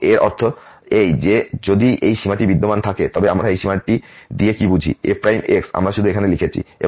এবং এর অর্থ এই যে যদি এই সীমাটি বিদ্যমান থাকে তবে আমরা এই সীমাটি দিয়ে কী বুঝি f আমরা শুধু এখানে লিখেছি